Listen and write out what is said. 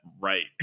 right